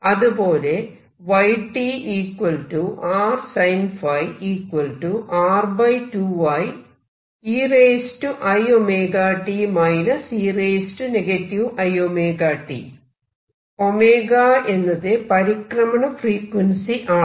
അതുപോലെ 𝜔 എന്നത് പരിക്രമണ ഫ്രീക്വൻസി ആണ്